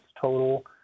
total